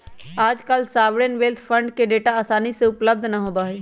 आजकल sovereign wealth fund के data आसानी से उपलब्ध ना होबा हई